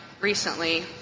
recently